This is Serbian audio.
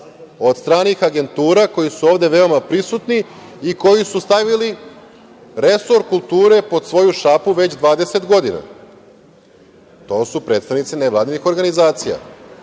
od stranih agentura koji su ovde veoma prisutni i koji su stavili resor kulture pod svoju šapu već 20 godina. To su predstavnici nevladinih organizacija. Da